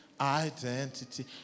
identity